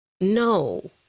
No